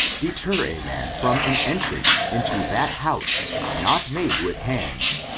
debar a man from an entram into that house not made with hands,